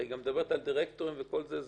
היא מדברת על דירקטורים וכל זה.